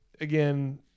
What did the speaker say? again